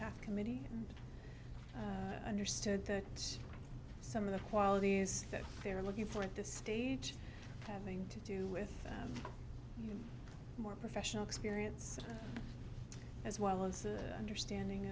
path committee and understood that some of the qualities that they are looking for at this stage having to do with more professional experience as well as the understanding